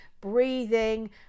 breathing